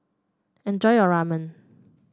enjoy your Ramen